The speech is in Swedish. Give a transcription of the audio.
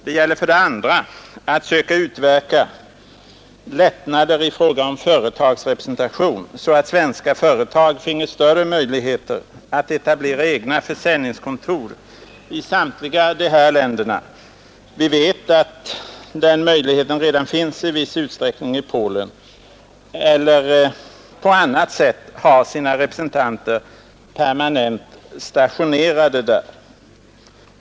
Det gäller för det andra att söka utverka lättnader i fråga om företags representation, så att svenska företag får större möjligheter att etablera egna försäljningskontor i samtliga de här länderna — vi vet att den möjligheten finns i viss utsträckning i Polen — eller att på annat sätt ha sina representanter permanent stationerade där.